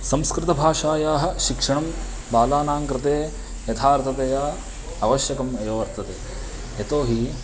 संस्कृतभाषायाः शिक्षणं बालानां कृते यथार्थतया आवश्यकम् एव वर्तते यतोहि